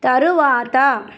తరువాత